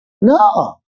No